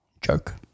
Joke